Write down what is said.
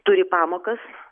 turi pamokas